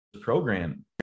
program